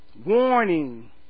Warning